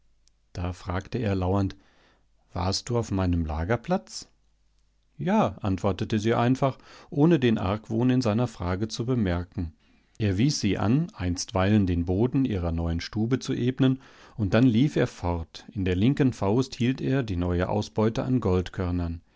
da fragte er lauernd warst du auf meinem lagerplatz ja antwortete sie einfach ohne den argwohn in seiner frage zu bemerken er wies sie an einstweilen den boden ihrer neuen stube zu ebnen und dann lief er fort in der linken faust hielt er die neue ausbeute an